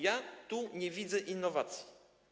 Ja tu nie widzę innowacji.